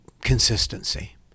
consistency